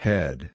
Head